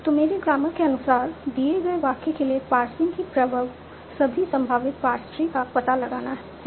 तो मेरे ग्रामर के अनुसार दिए गए वाक्य के लिए पार्सिंग की प्रवर्ब सभी संभावित पार्स ट्री का पता लगाना है